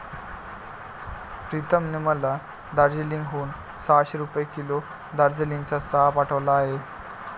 प्रीतमने मला दार्जिलिंग हून सहाशे रुपये किलो दार्जिलिंगचा चहा पाठवला आहे